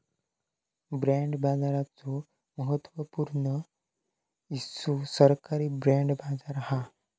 bond बाजाराचो महत्त्व पूर्ण हिस्सो सरकारी बाँड बाजार हा